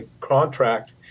contract